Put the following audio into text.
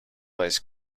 ice